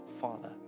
Father